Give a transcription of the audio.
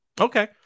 Okay